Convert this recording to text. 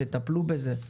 תטפלו בזה.